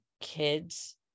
kids